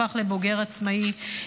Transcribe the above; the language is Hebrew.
הפך לבוגר עצמאי,